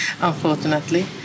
unfortunately